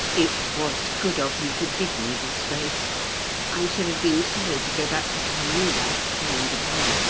it was good of you to give me this grace i should have been sorry to go back to town without saying good-bye.